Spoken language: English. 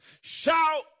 shout